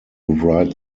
write